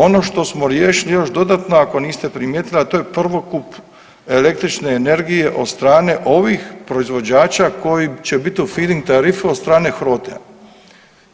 Ono što smo riješili još dodatno ako niste primijetili a to je prvokup električne energije od strane ovih proizvođača koji će bit u filing tarifi od strane Hrote-a,